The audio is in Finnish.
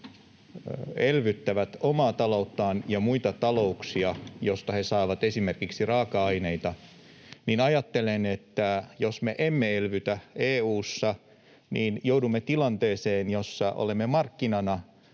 elvyttävät omaa talouttaan ja muita talouksia, joista he saavat esimerkiksi raaka-aineita, niin ajattelen, että jos me emme elvytä EU:ssa, niin joudumme tilanteeseen, jossa olemme markkinana,